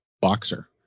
boxer